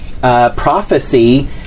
prophecy